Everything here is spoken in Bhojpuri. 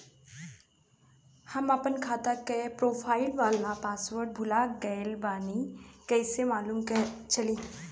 हम आपन खाता के प्रोफाइल वाला पासवर्ड भुला गेल बानी कइसे मालूम चली?